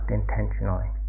intentionally